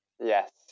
Yes